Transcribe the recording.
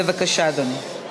בבקשה, אדוני.